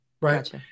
Right